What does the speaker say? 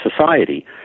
society